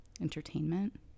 entertainment